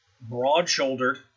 broad-shouldered